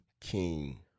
King